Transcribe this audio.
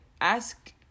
ask